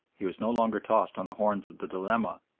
he was no longer tossed on the horns of the dilemma,